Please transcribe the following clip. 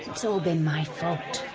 so all been my fault!